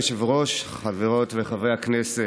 אדוני היושב-ראש, חברות וחברי הכנסת.